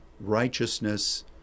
righteousness